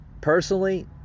personally